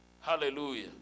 Hallelujah